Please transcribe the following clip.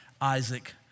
Isaac